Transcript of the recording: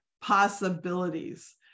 possibilities